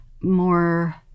more